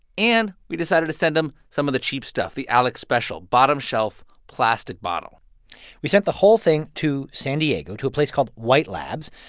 and we decided to send them some of the cheap stuff the alex special, bottom shelf, plastic bottle we sent the whole thing to san diego to a place called white labs.